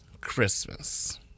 Christmas